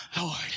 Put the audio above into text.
Lord